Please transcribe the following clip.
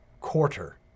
quarter